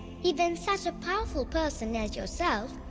even such a powerful person as yourself,